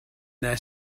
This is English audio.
their